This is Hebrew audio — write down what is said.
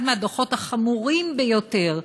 אחד מהדוחות החמורים ביותר,